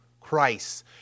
Christ